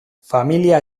familia